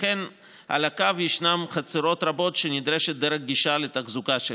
וכן על הקו ישנן חצרות רבות שנדרשת דרך גישה לתחזוקה שלהן.